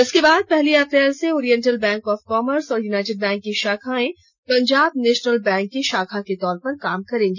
इसके बाद पहली अप्रैल से ओरिएंटल ऑफ कॉमर्स और यूनाईटेड बैंक की शाखाएं पंजाब नेशनल बैंक की शाखा के तौर पर काम करेगी